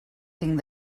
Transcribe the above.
tinc